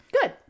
Good